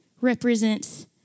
represents